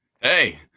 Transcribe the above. Hey